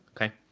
okay